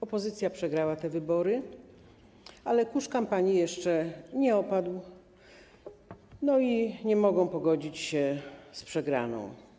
Opozycja przegrała te wybory, ale kurz kampanii jeszcze nie opadł, no i nie może się pogodzić się z przegraną.